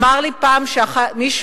אמר לי פעם מישהו,